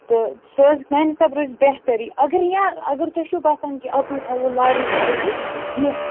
تہٕ سُہ حظ بَنہِ روزِ بہتَرٕے اگر یا اگر تۄہہِ چھُو باسان کہِ اَکُے تھاوَو لارٕج سایزُک یہِ